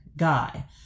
guy